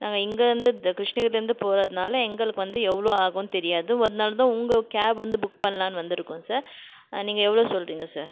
நாங்கள் இங்கேருந்து இந்த கிருஷ்ணகிரியில் போகிறதுனால எங்களுக்கு வந்து எவ்வளோ ஆகுன்னு தெரியாது அதனால்தான் உங்கள் கேப் வந்து புக் பண்ணலான்னு வந்துருக்கோம் சார் நீங்கள் எவ்வளோ சொல்கிறீங்க சார்